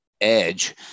edge